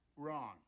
Wrong